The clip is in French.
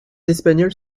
espagnols